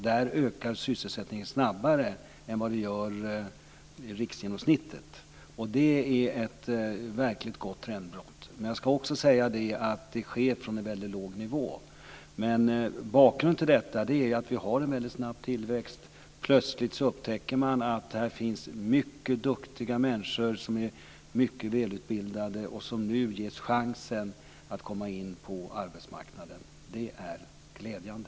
Där ökar sysselsättningen snabbare än riksgenomsnittet. Det är ett verkligt gott trendbrott. Men jag ska också säga att det sker från en väldigt låg nivå. Bakgrunden till detta är att vi har en väldigt snabb tillväxt. Plötsligt upptäcker man att det här finns mycket duktiga människor som är mycket välutbildade och som nu ges chansen att komma in på arbetsmarknaden. Det är glädjande.